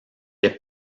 est